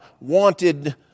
wanted